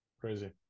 Crazy